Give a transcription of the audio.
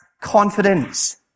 confidence